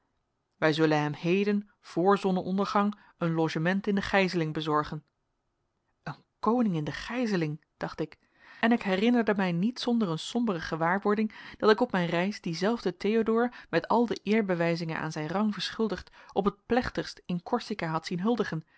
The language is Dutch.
wij zullen hem heden voor zonnenondergang een logement in de gijzeling bezorgen een koning in de gijzeling dacht ik en ik herinnerde mij niet zonder een sombere gewaarwording dat ik op mijn reis dien zelfden theodoor met al de eerbewijzingen aan zijn rang verschuldigd op het plechtigst in corsika had zien huldigen